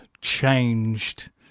changed